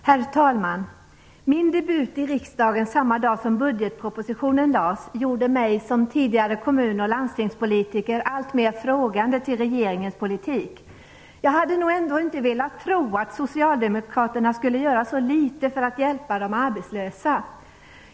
Herr talman! Min debut i riksdagen samma dag som budgetpropositionen lades fram gjorde att jag som tidigare kommun och landstingspolitiker ställde mig alltmer frågande till regeringens politik. Jag hade nog ändå inte velat tro att Socialdemokraterna skulle göra så litet för att hjälpa de arbetslösa.